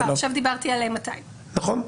עכשיו דיברתי על 200. נכון.